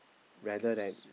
rather than